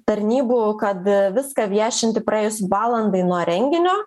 tarnybų kad viską viešinti praėjus valandai nuo renginio